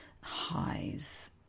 highs